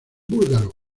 búlgaro